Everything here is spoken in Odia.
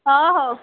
ହଁ ହେଉ